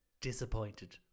disappointed